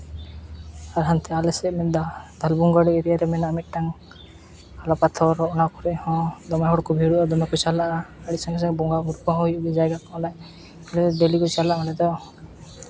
ᱟᱨ ᱦᱟᱱᱛᱮ ᱟᱞᱮ ᱥᱮᱫ ᱢᱮᱱᱟᱜᱼᱟ ᱫᱷᱚᱞᱚᱵᱷᱩᱢ ᱜᱚᱲ ᱮᱨᱤᱭᱟ ᱨᱮ ᱢᱮᱱᱟᱜᱼᱟ ᱢᱤᱫᱴᱟᱝ ᱠᱟᱞᱟ ᱯᱟᱛᱷᱚᱨ ᱚᱱᱟ ᱠᱚᱨᱮᱫ ᱦᱚᱸ ᱫᱚᱢᱮ ᱦᱚᱲ ᱠᱚ ᱵᱷᱤᱲᱚᱜᱼᱟ ᱫᱚᱢᱮ ᱦᱚᱲ ᱠᱚ ᱪᱟᱞᱟᱜᱼᱟ ᱟᱹᱰᱤ ᱥᱟᱺᱜᱤᱧ ᱥᱟᱺᱜᱤᱧ ᱵᱚᱸᱜᱟᱼᱵᱩᱨᱩ ᱠᱚ ᱦᱚᱸ ᱦᱩᱭᱩᱜ ᱜᱮᱭᱟ ᱡᱟᱭᱜᱟ ᱠᱚ ᱦᱚᱸ ᱰᱮᱹᱞᱤ ᱠᱚ ᱪᱟᱞᱟᱜᱼᱟ ᱚᱸᱰᱮ ᱫᱚ